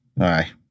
aye